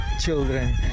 children